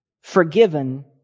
forgiven